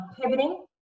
pivoting